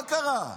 מה קרה?